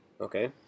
Okay